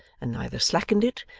and neither slackened it,